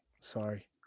Sorry